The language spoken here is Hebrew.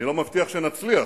אני לא מבטיח שנצליח,